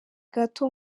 gato